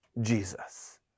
Jesus